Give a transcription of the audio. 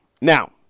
Now